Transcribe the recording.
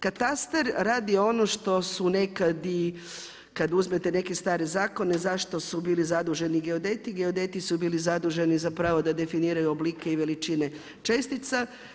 Katastar radi ono što su nekad i kada uzmete neke stare zakone zašto su bili zaduženi geodeti, geodeti su bili zaduženi zapravo da definiraju oblike i veličine čestice.